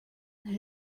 that